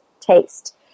taste